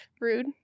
Rude